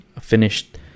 finished